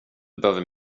behöver